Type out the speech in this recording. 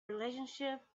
relationship